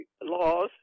laws